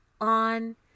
on